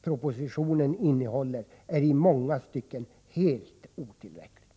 Propositionens förslag är i många stycken helt otillräckligt.